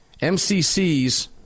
MCCs